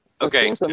Okay